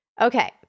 Okay